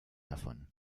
davon